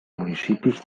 municipis